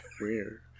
Weird